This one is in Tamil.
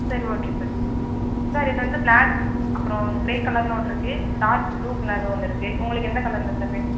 சரி ஓகே சார் சார் இது வந்து ப்ளாக் அப்புறோம் கிரே கலரில் ஒன்றுருக்கு டார்க் ப்ளூ கலரில் ஒன்று இருக்கு உங்களுக்கு எந்த கலரில் சார் வேணும்